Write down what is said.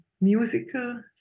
musical